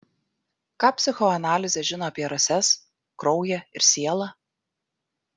ką psichoanalizė žino apie rases kraują ir sielą